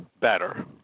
better